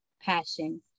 passion